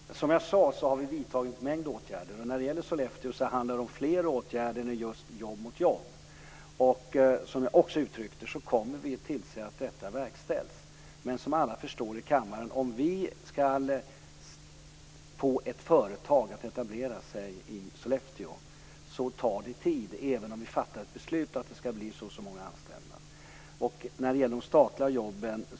Fru talman! Som jag sade har vi vidtagit en mängd åtgärder, och när det gäller Sollefteå handlar det om fler åtgärder än jobb mot jobb. Som jag också framhöll kommer vi även att tillse att dessa verkställs. Men som alla i kammaren förstår tar det tid att få företag att etablera sig i Sollefteå, även om vi har fattat beslut om att få dit ett visst antal. Det tar tid också att få dit de statliga jobben.